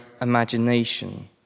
imagination